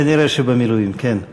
כנראה במילואים, כן.